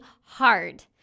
hard